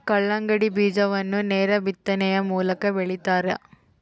ಕಲ್ಲಂಗಡಿ ಬೀಜವನ್ನು ನೇರ ಬಿತ್ತನೆಯ ಮೂಲಕ ಬೆಳಿತಾರ